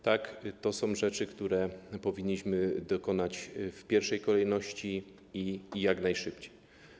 Tak, to są rzeczy, których powinniśmy dokonać w pierwszej kolejności, jak najszybciej.